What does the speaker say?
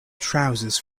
trousers